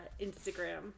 Instagram